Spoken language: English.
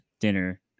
dinner